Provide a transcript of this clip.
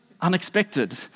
unexpected